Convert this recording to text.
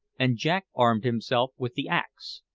and jack armed himself with the axe.